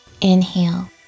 Inhale